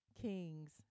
kings